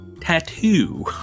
tattoo